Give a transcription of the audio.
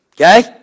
Okay